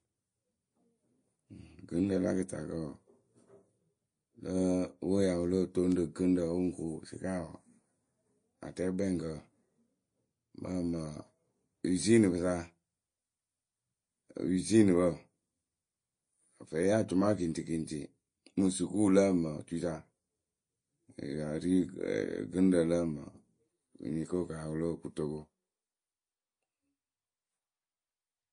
Gɨŋrǝ la kɨtakǝ wǝǝ we wɨ ya wɨ lóo toŋ rɨ gɨŋrǝ wɨŋ kuŋ sɩkayǝ wǝǝ, atɛɛkpɛŋkǝ, mɨ mɨ wizinǝpǝ sa wizinǝpǝ fɛɛyeeacʊmayǝ kiŋtikiŋti mɨ suukuu lǝ mɨ tuyǝ sa Yǝ yǝ ri gɨŋrǝ lǝ kǝnyɩŋkokǝ ya wɨ lo kuŋ togo.